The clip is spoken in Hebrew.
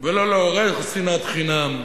ולא לעורר שנאת חינם.